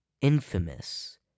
infamous